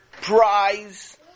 prize